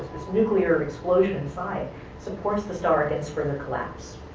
nuclear explosion inside supports the star against further collapse.